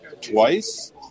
twice